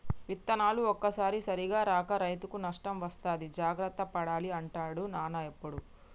విత్తనాలు ఒక్కోసారి సరిగా రాక రైతుకు నష్టం వస్తది జాగ్రత్త పడాలి అంటాడు నాన్న ఎప్పుడు